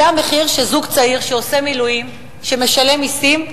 זה המחיר שזוג צעיר שעושה מילואים, שמשלם מסים,